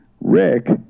Rick